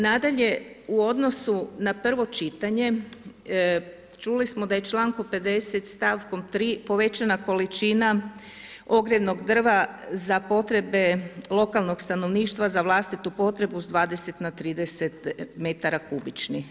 Nadalje, u odnosu na prvo čitanje, čuli da je čl. 50., st. 3. povećana količina ogrjevnog drva za potrebe lokalnog stanovništva za vlastitu potrebu sa 20 na 30 metara kubičnih.